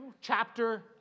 chapter